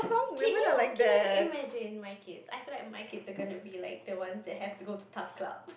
can you can you imagine my kids I feel like my kids are going to be like the ones that have to go to Taf Club